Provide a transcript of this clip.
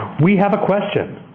we have a question.